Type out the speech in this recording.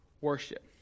worship